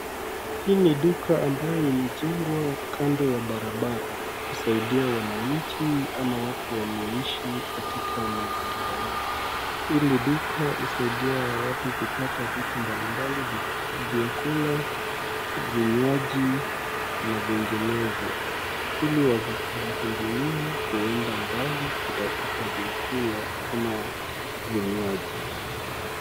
Hii ni duka ambayo imejengwa kando ya barabara, kusaidia wananchi ama watu wanaishi katika mazingira hii. Hili duka husaidia hawa watu kupata vitu mbalimbali, vyakula, vinywaji, na vinginezo, ili wasisumbuliwe kuenda mbali kutafuta vyakula ama vinywaji.